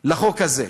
לחוק הזה.